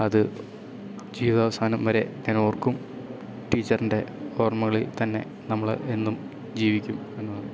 അത് ജീവിതാവസാനം വരെ ഞാനോർക്കും ടീച്ചറിൻ്റെ ഓർമ്മകളിൽ തന്നെ നമ്മൾ എന്നും ജീവിക്കും എന്നതാണ്